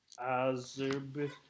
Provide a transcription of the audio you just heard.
Azerbaijan